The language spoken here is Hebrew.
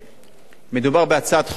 מדובר בהצעת חוק,